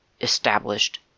established